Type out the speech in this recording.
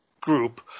group